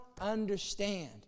understand